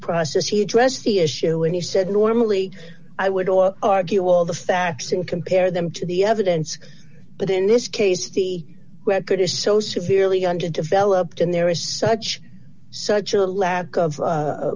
process he addressed the issue and he said normally i would all argue all the facts and compare them to the evidence but in this case city where good is so severely underdeveloped and there is such such a lack of